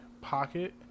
pocket